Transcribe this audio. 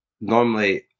normally